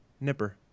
Nipper